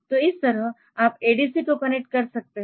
तो इस तरह आप ADC को कनेक्ट कर सकते है